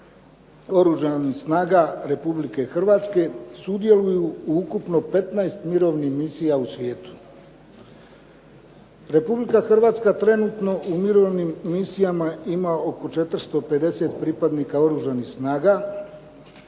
Oružanih snaga Republike Hrvatske sudjeluju u ukupno 15 mirovnih misija u svijetu. Republika Hrvatska trenutno u mirovnim misijama ima oko 450 pripadnika Oružanih snaga.